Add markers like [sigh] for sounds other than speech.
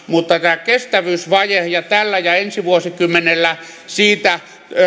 [unintelligible] mutta tämä kestävyysvaje ja tällä ja ensi vuosikymmenellä siitä